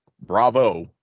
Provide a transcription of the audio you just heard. Bravo